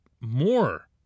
more